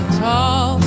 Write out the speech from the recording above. tall